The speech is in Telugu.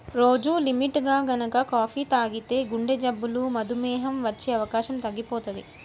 రోజూ లిమిట్గా గనక కాపీ తాగితే గుండెజబ్బులు, మధుమేహం వచ్చే అవకాశం తగ్గిపోతది